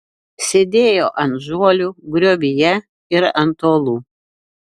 sėdėjo ant žuolių griovyje ir ant uolų